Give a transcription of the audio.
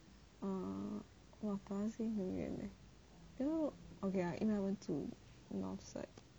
orh !wah! plaza sing 很远 leh okay lah 因为我们住 north side